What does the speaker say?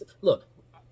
Look